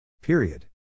Period